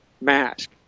mask